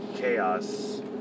Chaos